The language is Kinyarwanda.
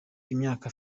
imyaka